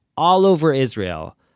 all over israel,